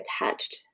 attached